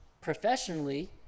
professionally